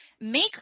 Make